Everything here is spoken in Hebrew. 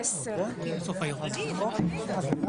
הישיבה